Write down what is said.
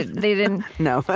they didn't? no.